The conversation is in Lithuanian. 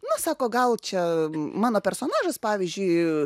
nu sako gal čia mano personažas pavyzdžiui